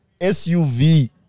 SUV